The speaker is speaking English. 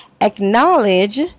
Acknowledge